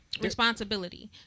responsibility